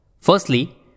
Firstly